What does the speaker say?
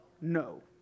No